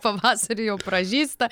pavasarį jau pražysta